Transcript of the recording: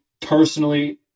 personally